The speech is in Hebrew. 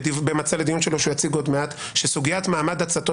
במצע לדיון שלו שהוא יציג עוד מעט ש"סוגיית מעמד עצתו